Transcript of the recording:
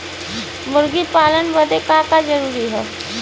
मुर्गी पालन बदे का का जरूरी ह?